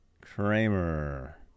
Kramer